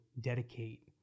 dedicate